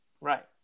Right